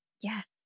Yes